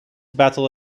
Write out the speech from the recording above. battle